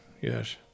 yes